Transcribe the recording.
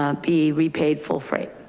um be repaid full freight.